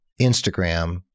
Instagram